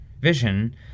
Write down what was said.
vision